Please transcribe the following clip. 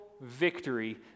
victory